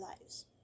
lives